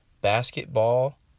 basketball